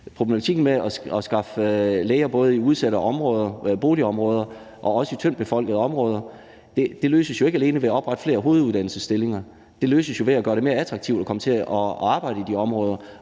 problematikken med at skaffe læger, både i udsatte boligområder og også i tyndtbefolkede områder, løses jo ikke alene ved at oprette flere hoveduddannelsesstillinger; det løses jo ved at gøre det mere attraktivt at komme til at arbejde i de områder.